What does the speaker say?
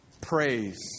Praise